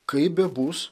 kaip bebus